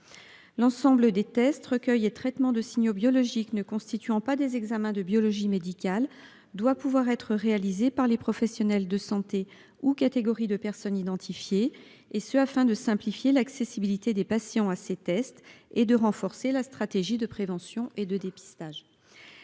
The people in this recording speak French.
Ces différents tests, recueils et traitements de signaux biologiques ne constituant pas des examens de biologie médicale, ils doivent pouvoir être réalisés par les professionnels de santé ou par des catégories de personnes identifiées, et pour simplifier l'accessibilité des patients à ces tests et renforcer la stratégie de prévention et de dépistage.